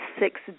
six